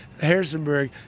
Harrisonburg